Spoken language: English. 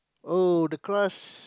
oh the crust